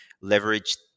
leverage